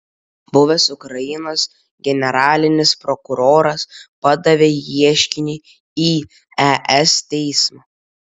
buvęs ukrainos generalinis prokuroras padavė ieškinį į es teismą